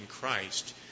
Christ